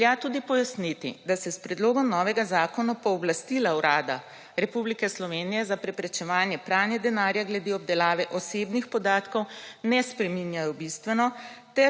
Velja tudi pojasniti, da se s predlogom novega zakona pooblastila Urada Republike Slovenije za preprečevanje pranja denarja glede obdelave osebnih podatkov ne spreminja bistveno